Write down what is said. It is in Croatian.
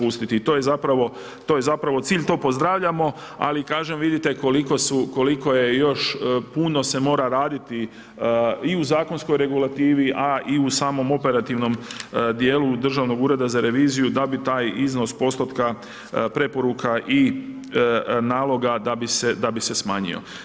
I to je zapravo cilj, to pozdravljamo, ali kažem vidite koliko je još puno se mora raditi i u zakonskoj regulativi, a i u samom operativnom dijelu Državnog ureda za reviziju, da bi taj iznos postotka, preporuka i naloga, da bi se smanjio.